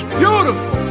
beautiful